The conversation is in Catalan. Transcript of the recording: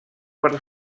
per